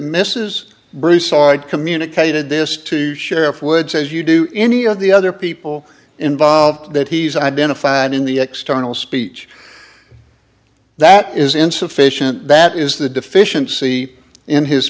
mrs broussard communicated this to sheriff woods as you do any of the other people involved that he's identified in the external speech that is insufficient that is the deficiency in his